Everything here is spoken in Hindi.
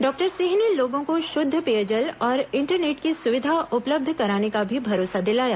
डॉक्टर सिंह ने लोगों को शुद्ध पेयजल और इंटरनेट की सुविधा उपलब्ध कराने का भी भरोसा दिलाया